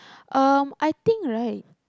um I think right